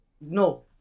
No